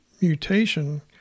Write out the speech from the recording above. mutation